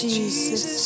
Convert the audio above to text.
Jesus